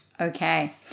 okay